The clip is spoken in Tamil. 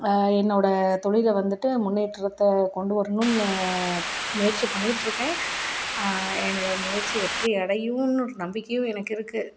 என்னோடய தொழில வந்துட்டு முன்னேற்றத்தை கொண்டு வரணுன்னு முயற்சி பண்ணிட்டிருக்கேன் என்னோடய முயற்சி வெற்றி அடையும்னு ஒரு நம்பிக்கையும் எனக்கு இருக்குது